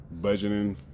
Budgeting